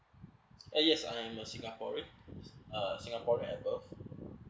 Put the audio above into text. uh yes I'm a singaporean uh singapore at birth